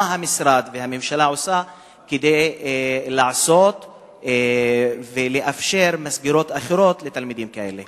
מה המשרד והממשלה עושים כדי לאפשר מסגרות אחרות לתלמידים כאלה?